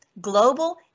Global